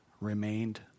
remained